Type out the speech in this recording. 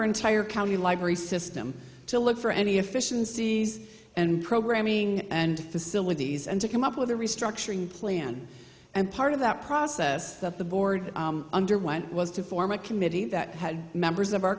entire county library system to look for any efficiencies and programming and facilities and to come up with a restructuring plan and part of that process that the board underwent was to form a committee that had members of our